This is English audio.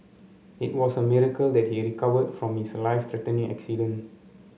it was a miracle that he recovered from his life threatening accident